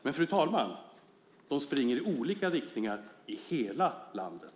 Men, fru talman, de springer i olika riktningar i hela landet.